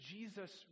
Jesus